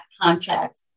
contract